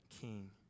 King